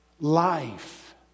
Life